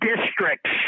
districts